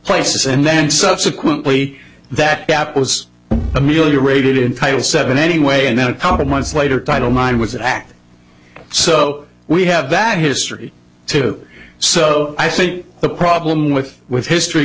places and then subsequently that gap was ameliorated in title seven anyway and then a couple months later title nine was an act so we have that history too so i think the problem with with history